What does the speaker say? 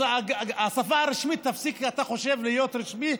אז אתה חושב שהשפה הרשמית תפסיק להיות רשמית?